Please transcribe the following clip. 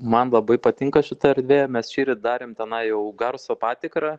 man labai patinka šita erdvė mes šįryt darėm tenai jau garso patikrą